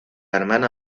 hermana